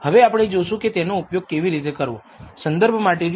હવે આપણે જોઇશું કે તેનો ઉપયોગ કેવી રીતે કરવો